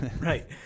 Right